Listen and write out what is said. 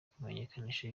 kumenyekanisha